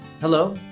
Hello